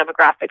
demographic